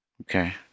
Okay